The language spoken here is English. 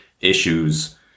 issues